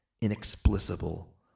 inexplicable